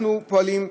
אנחנו פועלים,